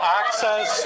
access